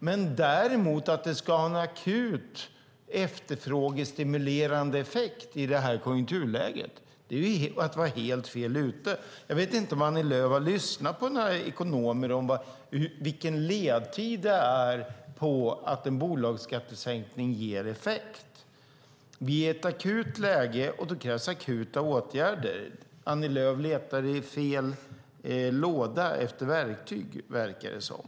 Att däremot tro att det ska ha en akut efterfrågestimulerande effekt i det här konjunkturläget är att vara helt fel ute. Jag vet inte om Annie Lööf har lyssnat på några ekonomer när det gäller vilken ledtid det är på effekten av en bolagsskattesänkning. Vi är i ett akut läge, och det krävs akuta åtgärder. Annie Lööf letar i fel låda efter verktyg, verkar det som.